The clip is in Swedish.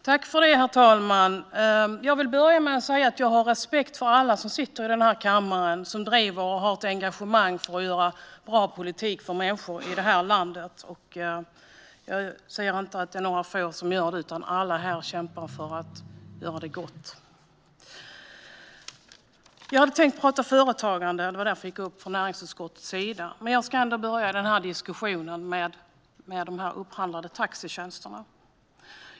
Herr talman! Jag vill börja med att säga att jag har respekt för alla som sitter i kammaren och som har ett engagemang i att föra bra politik för människor i landet. Jag ser inte att det är några få som gör det, utan alla här kämpar för att göra det gott. Jag hade tänkt prata om företagande. Det var därför jag gick upp från näringsutskottets sida. Men jag ska ändå börja diskussionen med att tala om de upphandlade taxitjänsterna.